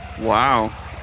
Wow